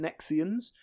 nexians